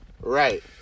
Right